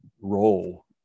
role